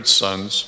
sons